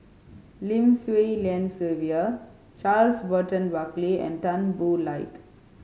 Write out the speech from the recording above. Lim Swee Lian Sylvia Charles Burton Buckley and Tan Boo Liat